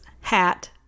hat